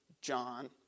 John